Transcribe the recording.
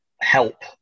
help